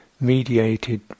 mediated